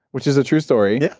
which is a true story yeah,